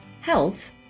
Health